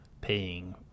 paying